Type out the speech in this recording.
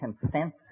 consensus